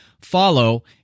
follow